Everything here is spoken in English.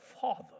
father